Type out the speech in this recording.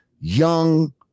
young